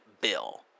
bill